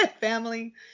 family